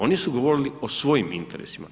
Oni su govorili o svojim interesima.